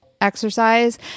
exercise